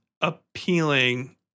appealing